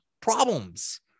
problems